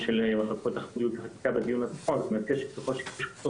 שצריך תוך כדי